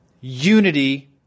Unity